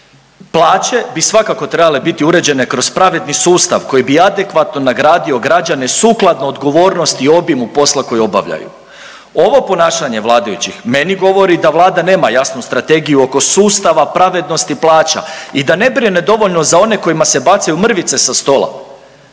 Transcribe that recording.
Plaće bi svakako trebale biti uređene kroz pravedni sustav koji bi adekvatno nagradio građane sukladno odgovornosti i obimu posla koji obavljaju. Ovo ponašanje vladajućih meni govori da Vlada nema jasnu strategiju oko sustava pravednosti plaća i da ne brine dovoljno za one kojima se bacaju mrvice sa stola,